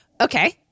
okay